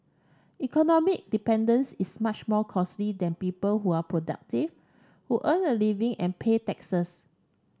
economic dependence is much more costly than people who are productive who earn a living and pay taxes